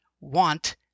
want